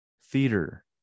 theater